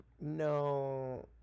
No